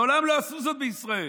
מעולם לא עשו זאת בישראל.